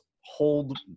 hold